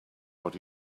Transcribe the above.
what